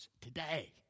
Today